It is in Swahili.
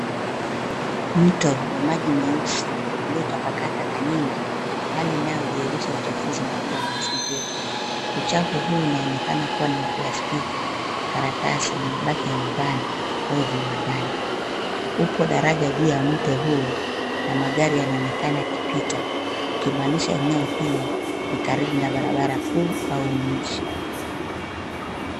Mto wa maji meusi, uliotapakaa taka nyingi. Hali inayodhihirisha uchafuzi mkubwa wa mazingira. Uchafu huu unaonekana kuwa ni wa plastiki, karatasi na mabaki ya nyumbani au viwandani. Upo daraja juu ya mto huo na magari yanaonekana yakipita. Hii ikimaanisha kuwa eneo hilo ni karibu na barabara kuu au mjini.